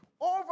over